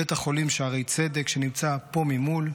בית חולים שערי צדק שנמצא פה ממול,